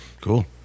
Cool